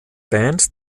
band